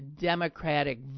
Democratic